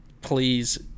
Please